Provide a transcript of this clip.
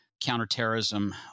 counterterrorism